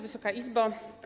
Wysoka Izbo!